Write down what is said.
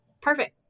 Perfect